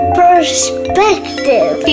perspective